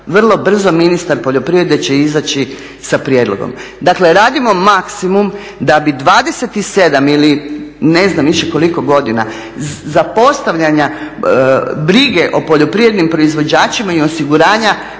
Vrlo brzo ministar poljoprivrede će izaći sa prijedlogom. Dakle, radimo maksimum da bi 27 ili ne znam više koliko godina zapostavljanja brige o poljoprivrednim proizvođačima i osiguranja